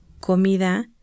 comida